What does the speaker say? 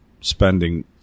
spending